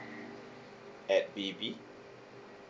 at B B